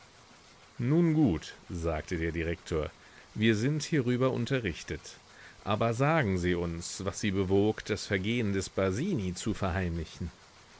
nun gut sagte der direktor wir sind hierüber unterrichtet aber sagen sie uns was sie bewog das vergehen des basini zu verheimlichen